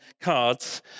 cards